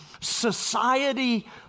society